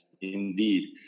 indeed